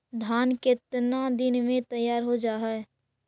धान केतना दिन में तैयार हो जाय है?